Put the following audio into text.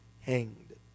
hanged